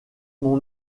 mon